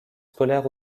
scolaire